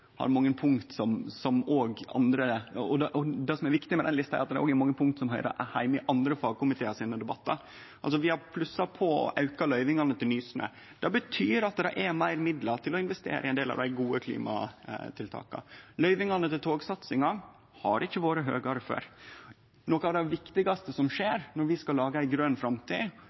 i debattane i andre fagkomitear. Altså: Vi har plussa på og auka løyvingane til Nysnø. Det betyr at det er meir midlar til å investere i ein del av dei gode klimatiltaka. Løyvingane til togsatsinga har ikkje vore større før. Noko av det viktigaste når vi skal lage ei grøn framtid